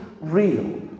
real